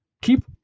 keep